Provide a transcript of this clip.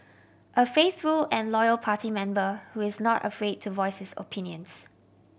a faithful and loyal party member who is not afraid to voice his opinions